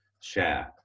share